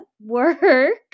work